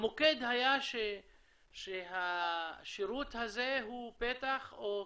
המוקד היה שהשירות הזה הוא פתח או כלי,